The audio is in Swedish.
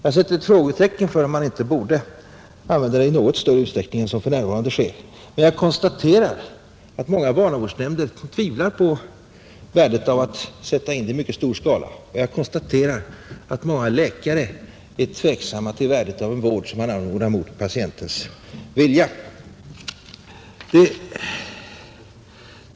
Jag sätter ett frågetecken för om man inte borde använda det i något större utsträckning än som för närvarande sker, men jag konstaterar att många barnavårdsnämnder tvivlar på värdet av att sätta in det i mycket stor skala, och jag konstaterar att många läkare är tveksamma till värdet av en vård som man anordnar mot patientens vilja.